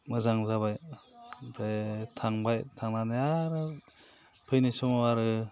मोजां जाबाय ओमफ्राय थांबाय थांनानै आरो फैनाय समाव आरो